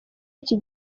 iki